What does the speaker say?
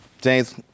James